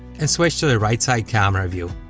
and switch to the right side camera view.